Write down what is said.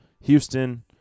Houston